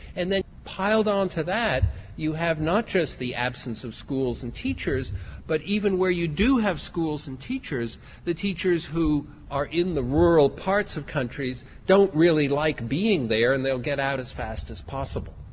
and then piled onto that you have not just the absence of schools and teachers but even where you do have schools and teachers the teachers who are in the rural parts of countries don't really like being there and they'll get out as fast as possible.